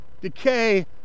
decay